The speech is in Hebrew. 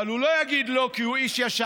אבל הוא לא יגיד לא, כי הוא איש ישר.